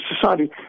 society